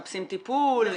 מחפשים טיפול?